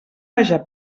haja